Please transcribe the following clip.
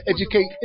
educate